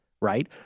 right